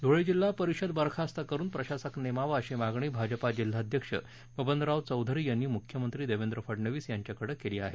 धुळे जिल्हा परिषद बरखास्त करुन प्रशासक नेमावा अशी मागणी भाजपा जिल्हाध्यक्ष बबनराव चौधरी यांनी मुख्यमंत्री देवेंद्र फडनवीस यांच्याकडे केली आहे